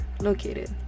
located